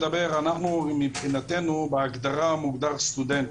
מבחינתנו בהגדרה מוגדר סטודנטים,